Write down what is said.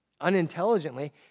unintelligently